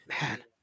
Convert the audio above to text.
Man